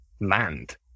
land